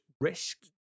risk